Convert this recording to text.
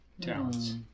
talents